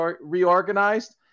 reorganized